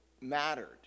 mattered